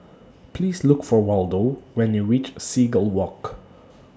Please Look For Waldo when YOU REACH Seagull Walk